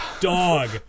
dog